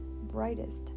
brightest